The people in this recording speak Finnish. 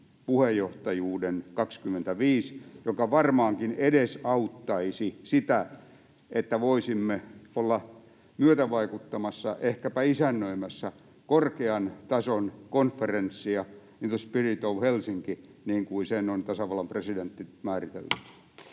Etyj-puheenjohtajuuden 25, joka varmaankin edesauttaisi sitä, että voisimme olla myötävaikuttamassa, ehkäpä isännöimässä, korkean tason konferenssia ”in the spirit of Helsinki”, niin kuin sen on tasavallan presidentti määritellyt?